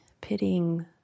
pitying